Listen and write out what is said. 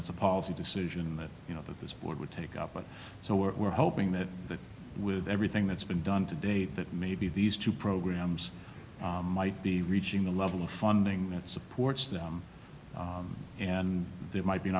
that's a policy decision that you know that this board would take up but so we're hoping that that with everything that's been done to date that maybe these two programs might be reaching the level of funding that supports them and there might be an